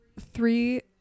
three